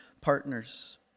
partners